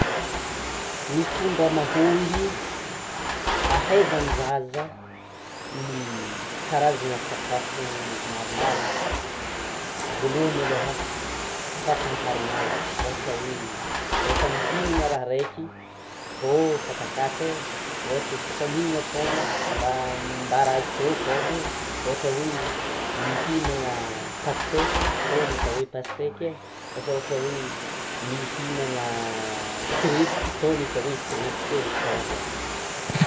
Ny fomba mahomby ahaizan'ny zaza ny sakafo maromaro voalohany aloha; ampahafantariny azy, ohatra hoe: rehefa mihinana raha araiky, itô katakata e! ohatra izy koa fa mihinana paoma, ambara azy itô paoma e! ohatra hoe mihinana pasteky itô ny atao hoe pasteky e! asa ohatra hoe mihinana tsirebiky, itô ny atao hoe tsirebiky e! karanzany.